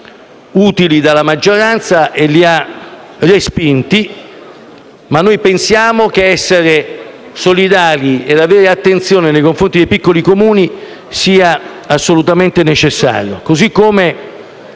utili dalla maggioranza, che li ha respinti, ma noi pensiamo che essere solidali ed avere attenzione nei confronti dei piccoli Comuni sia assolutamente necessario.